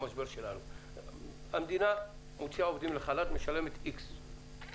המדינה מוציאה עובדים לחל"ת ומשלמת סכום